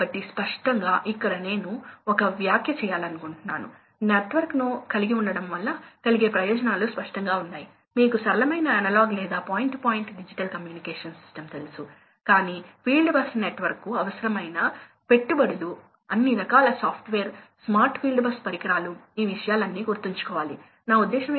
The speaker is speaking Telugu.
కాబట్టి ఇక్కడ ప్రవాహం లేకపోయినా పంపుపై ఎల్లప్పుడూ స్థిరమైన ప్రెజర్ ఉంటుంది కాబట్టి అలాంటి లోడ్లు నడపడం కోసం ఎనర్జీ సేవింగ్ తగ్గుతుందని మనం చూస్తాము